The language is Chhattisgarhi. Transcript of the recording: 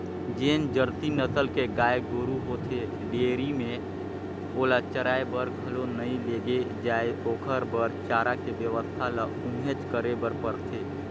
जेन जरसी नसल के गाय गोरु होथे डेयरी में ओला चराये बर घलो नइ लेगे जाय ओखर बर चारा के बेवस्था ल उहेंच करे बर परथे